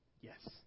Yes